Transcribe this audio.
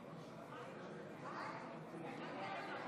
45,